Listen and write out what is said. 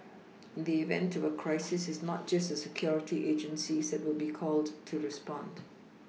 in the event of a crisis it's not just the security agencies that will be called to respond